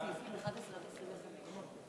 סעיפים 11 25 נתקבלו.